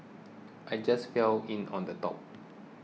I just fell in on the top